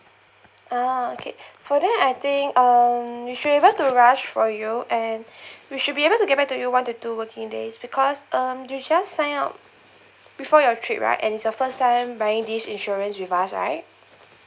ah okay for then I think um we should be able to rush for you and we should be able to get back to you one to two working days because um you just sign up before your trip right and it's your first time buying this insurance with us right